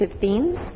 themes